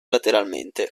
lateralmente